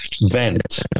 vent